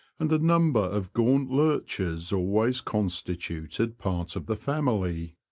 and a number of gaunt lurchers always constituted part of the family.